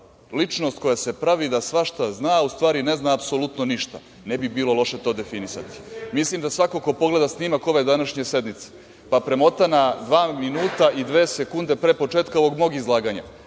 ličnost koja se pravi da svašta zna, a u stvari ne zna apsolutno ništa, ne bi bilo loše to definisati. Mislim da svako ko pogleda snimak ove današnje sednice, pa premota na dva minuta i dve sekunde pre početka ovog mog izlaganja,